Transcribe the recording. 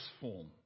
form